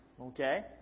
Okay